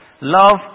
Love